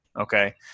Okay